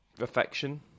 affection